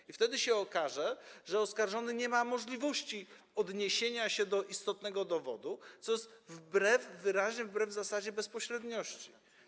I wtedy się okaże, że oskarżony nie ma możliwości odniesienia się do istotnego dowodu, co jest wyraźnie wbrew zasadzie bezpośredniości.